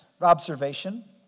observation